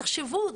תחשבו.